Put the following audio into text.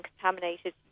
contaminated